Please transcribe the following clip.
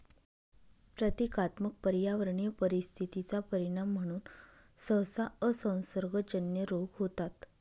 प्रतीकात्मक पर्यावरणीय परिस्थिती चा परिणाम म्हणून सहसा असंसर्गजन्य रोग होतात